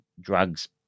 drugs